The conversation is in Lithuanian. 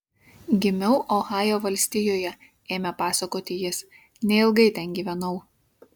gimiau ohajo valstijoje ėmė pasakoti jis neilgai ten gyvenau